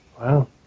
Wow